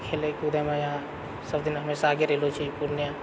खेलै कुदैमे इहाँ सभ दिन हमेशा आगे रहलो छै पूर्णिया